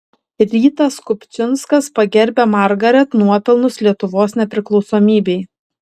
rytas kupčinskas pagerbia margaret nuopelnus lietuvos nepriklausomybei